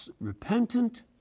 repentant